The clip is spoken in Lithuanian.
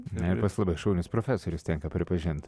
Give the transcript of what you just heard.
na pas labai šaunus profesorius tenka pripažint